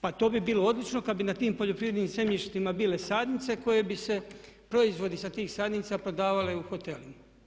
Pa to bi bilo odlično kad bi na tim poljoprivrednim zemljištima bile sadnice koje bi se proizvodi sa tih sadnica prodavali u hotelima.